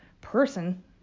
person